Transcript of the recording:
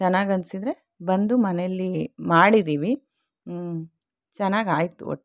ಚೆನ್ನಾಗಿ ಅನ್ಸಿದ್ರೆ ಬಂದು ಮನೇಲಿ ಮಾಡಿದ್ದೀವಿ ಚೆನ್ನಾಗಿ ಆಯಿತು ಒಟ್ಟು